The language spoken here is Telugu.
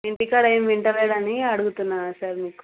ఇంటికాడ ఏమి వింటలేడు అని అడుగుతున్నాను సార్ మీకు